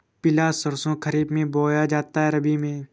पिला सरसो खरीफ में बोया जाता है या रबी में?